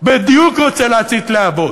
בדיוק רוצה להצית להבות.